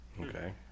Okay